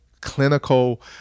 clinical